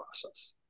process